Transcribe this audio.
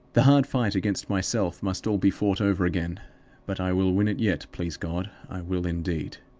the hard fight against myself must all be fought over again but i will win it yet, please god i will, indeed.